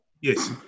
Yes